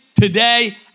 today